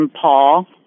Paul